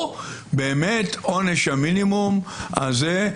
או באמת עונש המינימום הזה?